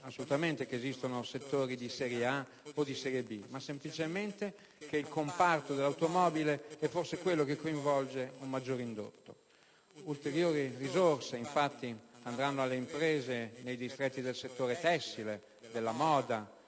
assolutamente che esistono settori di serie A o di serie B, ma semplicemente che il comparto dell'automobile è forse quello che coinvolge un maggiore indotto. Ulteriori risorse andranno infatti alle imprese dei distretti del settore tessile, moda